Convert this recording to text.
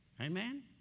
Amen